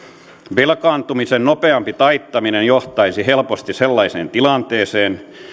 velkaantumisen nopeampi taittaminen johtaisi helposti sellaiseen tilanteeseen